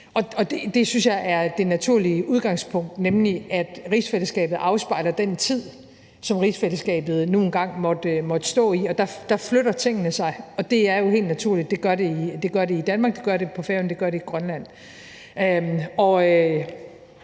jeg er det naturlige udgangspunkt, nemlig at rigsfællesskabet afspejler den tid, som rigsfællesskabet nu engang måtte stå i, og der flytter tingene sig, og det er jo helt naturligt – det gør det i Danmark, det gør det på Færøerne,